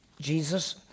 Jesus